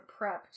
prepped